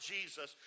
Jesus